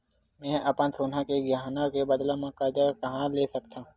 मेंहा अपन सोनहा के गहना के बदला मा कर्जा कहाँ ले सकथव?